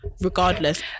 regardless